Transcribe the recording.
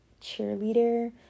cheerleader